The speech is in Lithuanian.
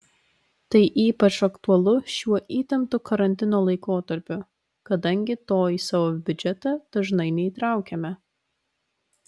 tai ypač aktualu šiuo įtemptu karantino laikotarpiu kadangi to į savo biudžetą dažnai neįtraukiame